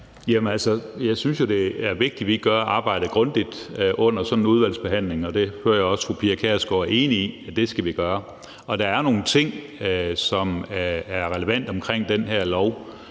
Jeg synes jo, det er vigtigt, at vi gør arbejdet grundigt under sådan en udvalgsbehandling. Jeg hører også, at fru Pia Kjærsgaard er enig i, at det skal vi gøre. Der er nogle ting, som er relevante ved den her lov,